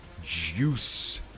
Juice